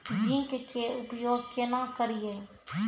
Zinc के उपयोग केना करये?